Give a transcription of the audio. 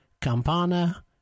Campana